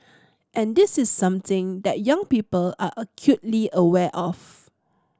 and this is something that young people are acutely aware of